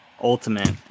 ultimate